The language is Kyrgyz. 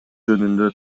жөнүндө